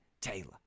Taylor